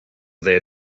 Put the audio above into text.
their